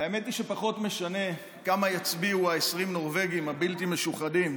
והאמת היא שפחות משנה מה יצביעו 20 הנורבגים הבלתי-משוחדים,